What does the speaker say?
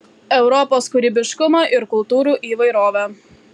europos kūrybiškumą ir kultūrų įvairovę